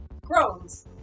groans